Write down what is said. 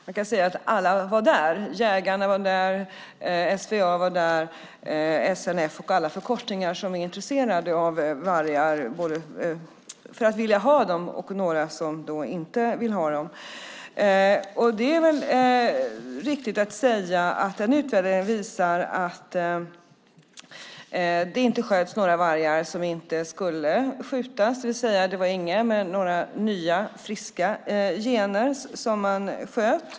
Man kan säga att alla var där - jägarna, SVA, SNF och alla som är intresserade av vargar för att vilja ha dem eller att inte vilja ha dem. Det är väl riktigt att säga att utvärderingen visar att det inte sköts några vargar som inte skulle skjutas, det vill säga inga med några nya friska gener.